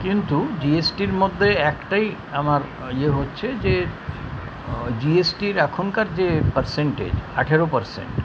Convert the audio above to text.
কিন্তু G S টির মধ্যে একটাই আমার ইয়ে হচ্ছে যে জি এস টির এখনকার যে পার্সেন্টেজ আঠেরো পার্সেন্ট